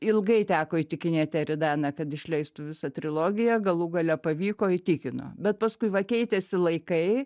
ilgai teko įtikinėti eridaną kad išleistų visą trilogiją galų gale pavyko įtikino bet paskui va keitėsi laikai